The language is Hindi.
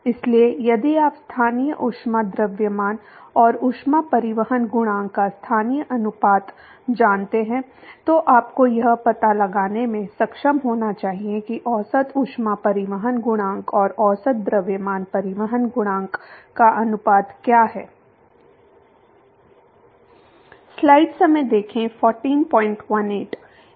इसलिए यदि आप स्थानीय ऊष्मा द्रव्यमान और ऊष्मा परिवहन गुणांक का स्थानीय अनुपात जानते हैं तो आपको यह पता लगाने में सक्षम होना चाहिए कि औसत ऊष्मा परिवहन गुणांक और औसत द्रव्यमान परिवहन गुणांक का अनुपात क्या है